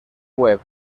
webb